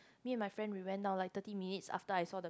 me and my friend will went out like thirty minutes after I saw the